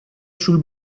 sul